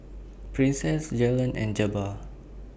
Princess Jalen and Jabbar